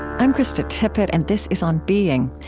i'm krista tippett, and this is on being.